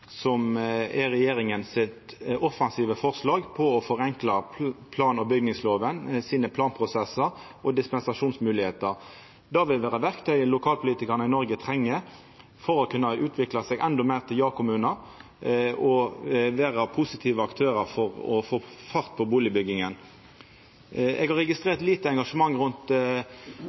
Det er regjeringa sine offensive forslag for å forenkla planprosessane og moglegheitene for dispensasjon i plan- og bygningslova. Det vil vera verktyet som lokalpolitikarane i Noreg treng for å kunna utvikla seg endå meir til ja-kommunar og vera positive aktørar for å få fart på bustadbygginga. Eg har registrert lite engasjement rundt